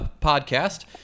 podcast